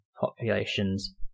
populations